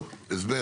טוב, הסבר.